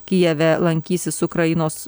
kijeve lankysis ukrainos